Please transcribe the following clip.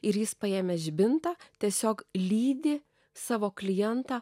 ir jis paėmęs žibintą tiesiog lydi savo klientą